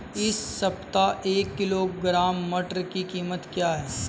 इस सप्ताह एक किलोग्राम मटर की कीमत क्या है?